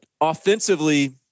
offensively